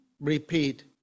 repeat